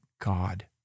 God